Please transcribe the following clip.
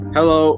Hello